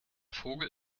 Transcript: vogel